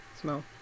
smell